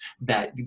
that-